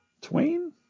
Twain